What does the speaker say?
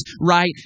right